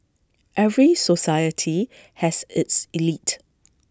every society has its elite